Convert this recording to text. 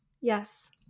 yes